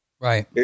Right